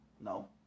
No